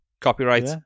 Copyright